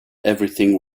everything